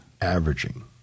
averaging